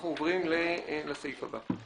אנחנו עוברים לסעיף הבא.